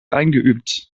eingeübt